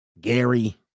Gary